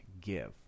give